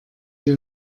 dir